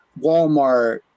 Walmart